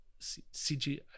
CGI